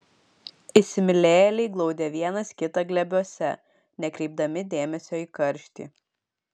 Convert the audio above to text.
įsimylėjėliai glaudė vienas kitą glėbiuose nekreipdami dėmesio į karštį